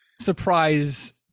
surprise